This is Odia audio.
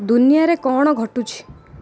ଦୁନିଆରେ କ'ଣ ଘଟୁଛି